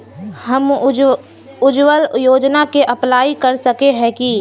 हम उज्वल योजना के अप्लाई कर सके है की?